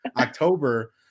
October